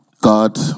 God